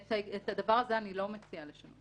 את הדבר הזה אני לא מציעה לשנות,